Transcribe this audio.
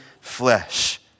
flesh